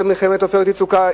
במלחמת "עופרת יצוקה",